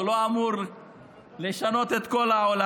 הוא לא אמור לשנות את כל העולם.